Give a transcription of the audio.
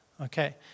Okay